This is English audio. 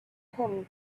him